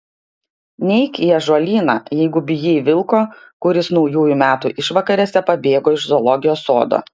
neik į ąžuolyną jeigu bijai vilko kuris naujųjų metų išvakarėse pabėgo iš zoologijos sodo